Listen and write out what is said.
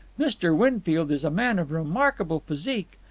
mr. winfield is a man of remarkable physique.